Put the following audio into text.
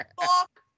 Fuck